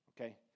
okay